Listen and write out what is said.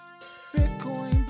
Bitcoin